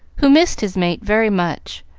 who missed his mate very much,